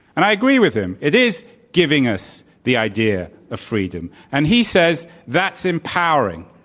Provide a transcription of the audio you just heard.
and i agree with him. it is giving us the idea of freedom. and he says that's empowering.